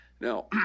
Now